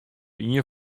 ien